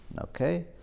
Okay